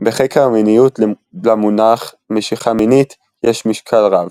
בחקר המיניות למונח משיכה מינית יש משקל רב.